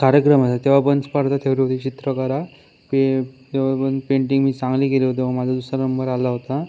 कार्यक्रम होता तेव्हा पण स्पर्धा ठेवली चित्रकला ते तेव्हा पण पेंटिंग मी चांगली केली होती व माझा दुसरा नंबर आला होता